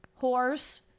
Whores